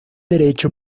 derecho